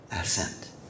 ascent